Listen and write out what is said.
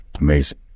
Amazing